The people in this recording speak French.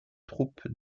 troupes